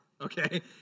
okay